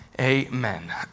Amen